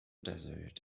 desert